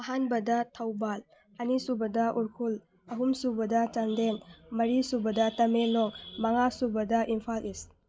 ꯑꯍꯥꯟꯕꯗ ꯊꯧꯕꯥꯜ ꯑꯅꯤꯁꯨꯕꯗ ꯎꯈ꯭ꯔꯨꯜ ꯑꯍꯨꯝꯁꯨꯕꯗ ꯆꯥꯟꯗꯦꯜ ꯃꯔꯤꯁꯨꯕꯗ ꯇꯃꯦꯡꯂꯣꯡ ꯃꯉꯥꯁꯨꯕꯗ ꯏꯝꯐꯥꯜ ꯏꯁ